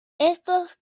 estos